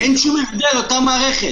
אין שום הבדל, אותה מערכת.